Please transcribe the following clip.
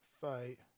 fight